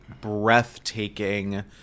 breathtaking